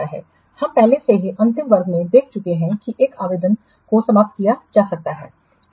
हम पहले से ही अंतिम वर्ग में देख चुके हैं कि एक आवेदन को समाप्त किया जा सकता है